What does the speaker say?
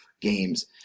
games